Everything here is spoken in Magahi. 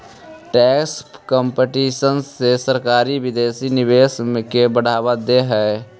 टैक्स कंपटीशन से सरकारी विदेशी निवेश के बढ़ावा देवऽ हई